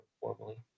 formally